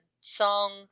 song